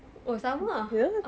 oh sama ah